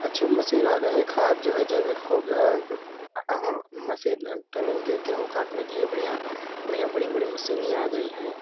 अच्छे मशीन आ गए हैं खाद्य जो जैविक हो गए हैं मशीन ट्रेनिंग के लिए गेहूँ काटने के लिए बढ़िया बढ़िया बड़ी बड़ी मशीनी आ गई है